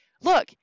look